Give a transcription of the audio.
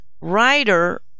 writer